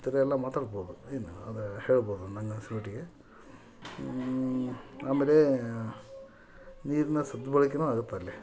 ಈ ಥರ ಎಲ್ಲ ಮಾತಾಡ್ಬೋದು ಏನು ಅದು ಹೇಳ್ಬೋದು ನನಗನ್ಸಿದ ಮಟ್ಟಿಗೆ ಆಮೇಲೆ ನೀರಿನ ಸದ್ಬಳಕೇನೂ ಆಗುತ್ತಲ್ಲಿ